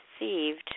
received